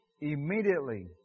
immediately